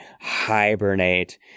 hibernate